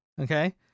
Okay